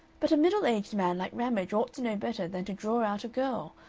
but a middle-aged man like ramage ought to know better than to draw out a girl,